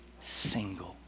single